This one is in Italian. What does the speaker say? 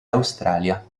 australia